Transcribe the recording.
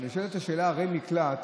נשאלת השאלה: ערי מקלט